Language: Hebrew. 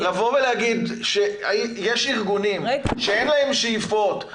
לבוא ולהגיד שיש ארגונים שאין להם שאיפות,